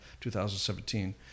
2017